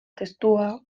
testua